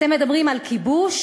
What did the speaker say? אתם מדברים על כיבוש?